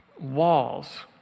walls